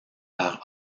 par